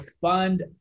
fund